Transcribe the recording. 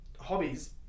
hobbies